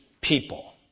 people